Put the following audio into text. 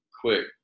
quick